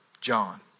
John